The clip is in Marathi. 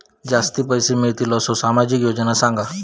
जास्ती पैशे मिळतील असो सामाजिक योजना सांगा?